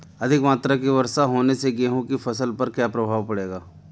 अधिक मात्रा की वर्षा होने से गेहूँ की फसल पर क्या प्रभाव पड़ेगा?